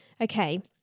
Okay